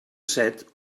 set